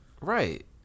Right